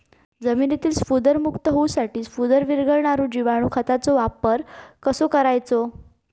जमिनीतील स्फुदरमुक्त होऊसाठीक स्फुदर वीरघळनारो जिवाणू खताचो वापर कसो करायचो?